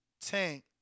Tank